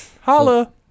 Holla